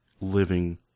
living